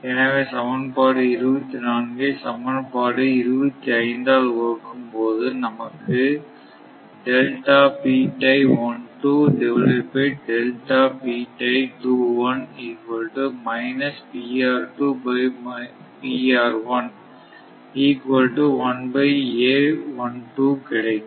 எனவே சமன்பாடு 24 ஐ சமன்பாடு 25 ஆல் வகுக்கும் போது நமக்குகிடைக்கும்